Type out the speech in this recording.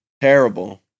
Terrible